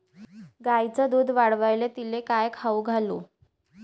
गायीचं दुध वाढवायले तिले काय खाऊ घालू?